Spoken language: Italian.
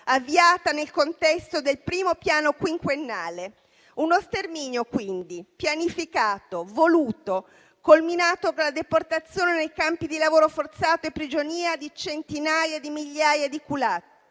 avviato nel contesto del primo piano quinquennale. Uno sterminio, quindi, pianificato, voluto e culminato nella deportazione nei campi di lavoro forzato e prigionia di centinaia di migliaia di *kulaki*.